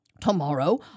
Tomorrow